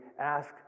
ask